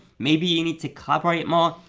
maybe you need to collaborate more.